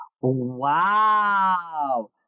Wow